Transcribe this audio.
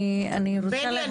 אני רוצה להגיד בני,